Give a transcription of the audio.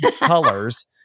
colors